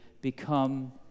become